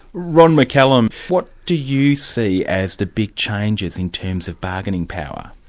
ron mccallum, what do you see as the big changes in terms of bargaining power?